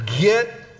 get